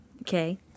Okay